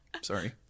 Sorry